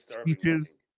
speeches